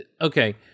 okay